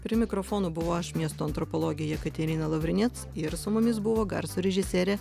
prie mikrofono buvau aš miesto antropologė jekaterina lavrinec ir su mumis buvo garso režisierė